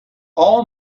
all